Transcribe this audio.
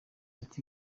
ati